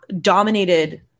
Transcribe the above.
dominated